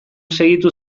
segitu